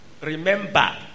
remember